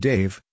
Dave